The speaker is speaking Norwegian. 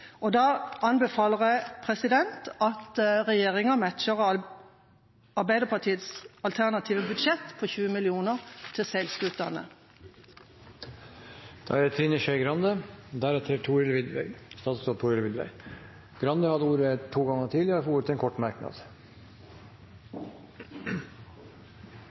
Da anbefaler jeg at regjeringa matcher Arbeiderpartiets alternative budsjett på 20 mill. kr til seilskutene. Representanten Trine Skei Grande har hatt ordet to ganger tidligere og får ordet til en kort merknad,